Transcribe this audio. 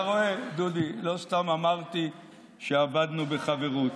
אבל אתה רואה, דודי, לא סתם אמרתי שעבדנו בחברות.